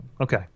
Okay